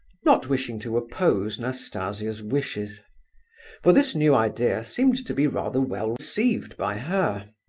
not wishing to oppose nastasia's wishes for this new idea seemed to be rather well received by her.